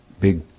big